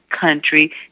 country